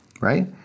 right